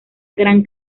gran